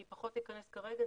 אני פחות אכנס כרגע,